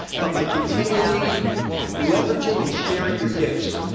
but by continually leveraging and sharing your gifts,